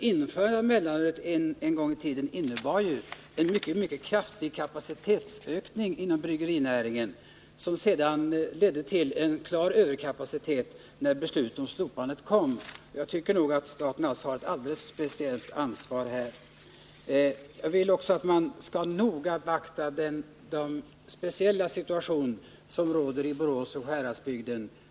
Införandet av mellanölet en gång i tiden innebar ju en synnerligen kraftig kapacitetsökning inom bryggerinäringen, vilket ledde till att det var en stor överkapacitet när beslutet om slopandet förverkligades. Enligt min mening har staten därför, som sagt, ett alldeles speciellt ansvar. Jag skulle också vilja att man noga beaktar den speciell: situationen i Borås och hela Sjuhäradsbygden.